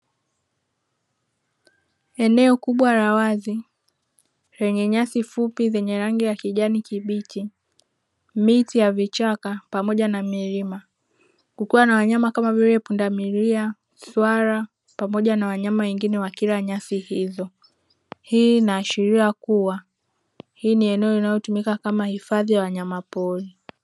Eneo kubwa la wazi lenye nyasi fupi zenye rangi ya kijani kibichi, miti ya vichaka pamoja na milima, kukiwa na wanyama kama vile pundamilia, swala pamoja na wanyama wengine wakila nyasi hizo. Hii inaashiria kuwa hili ni eneo litumikalo kama hifadhi ya wanyamapori.